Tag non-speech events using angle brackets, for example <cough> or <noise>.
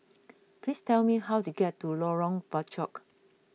<noise> please tell me how to get to Lorong Bachok